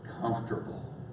comfortable